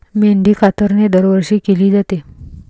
मेंढी कातरणे दरवर्षी केली जाते